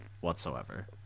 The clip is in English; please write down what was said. whatsoever